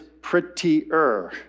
prettier